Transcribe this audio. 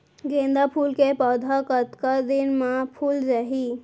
गेंदा फूल के पौधा कतका दिन मा फुल जाही?